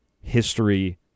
history